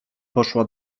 poszła